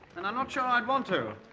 and i'm not sure i'd want to.